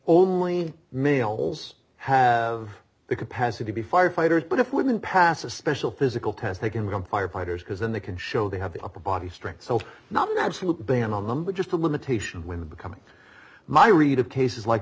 only males have the capacity to be firefighters but if women pass a special physical test they can become firefighters because then they can show they have the upper body strength so it's not an absolute ban on them but just a limitation when becoming my read of cases like